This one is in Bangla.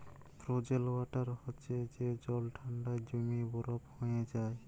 ফ্রজেল ওয়াটার হছে যে জল ঠাল্ডায় জইমে বরফ হঁয়ে যায়